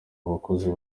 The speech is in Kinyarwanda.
abakozi